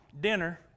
dinner